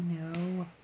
No